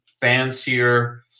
fancier